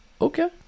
Okay